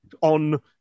on